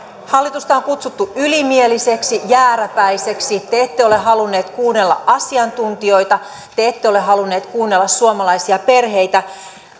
hallitusta on kutsuttu ylimieliseksi jääräpäiseksi te ette ole halunneet kuunnella asiantuntijoita te ette ole halunneet kuunnella suomalaisia perheitä